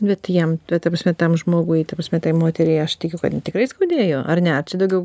bet jam ta prasme tam žmogui ta prasme tai moteriai aš tikiu kad tikrai skaudėjo ar ne ar čia daugiau